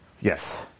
Yes